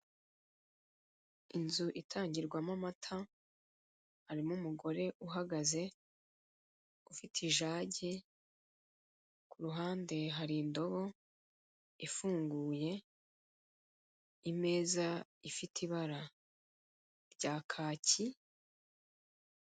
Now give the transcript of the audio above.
Inzu itangirwamo amata harimo umugore uhagaze ufite ijage, ku ruhande hari indobo ifunguye, imeza ifite ibara rya kaki.